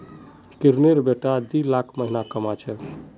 किरनेर बेटा दी लाख महीना कमा छेक